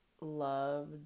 loved